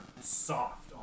soft